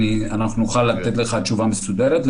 אנחנו נוכל לתת לך תשובה מסודרת.